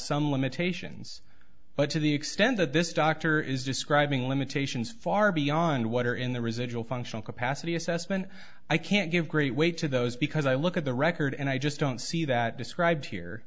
some limitations but to the extent that this doctor is describing limitations far beyond what are in the residual functional capacity assessment i can't give great weight to those because i look at the record and i just don't see that described here